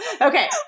Okay